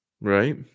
Right